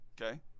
Okay